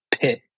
pit